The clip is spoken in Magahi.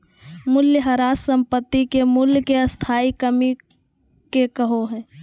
मूल्यह्रास संपाति के मूल्य मे स्थाई कमी के कहो हइ